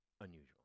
unusual